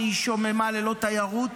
שהיא שוממה ללא תיירות,